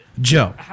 Joe